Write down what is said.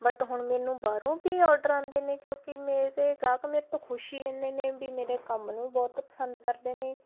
but ਹੁਣ ਮੈਨੂੰ ਬਾਹਰੋਂ ਵੀ ਆਰਡਰ ਆਉਂਦੇ ਨੇ ਕਿਉਂਕਿ ਮੇਰੇ ਗਾਹਕ ਮੇਰੇ ਤੋਂ ਖੁਸ਼ ਹੀ ਇੰਨੇ ਨੇ ਵੀ ਮੇਰੇ ਕੰਮ ਨੂੰ ਬਹੁਤ ਪਸੰਦ ਕਰਦੇ ਨੇ